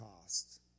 cost